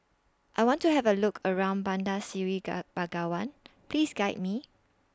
I want to Have A Look around Bandar Seri Begawan Please Guide Me